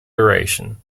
duration